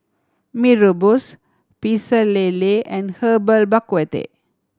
Mee Rebus Pecel Lele and Herbal Bak Ku Teh